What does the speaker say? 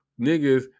niggas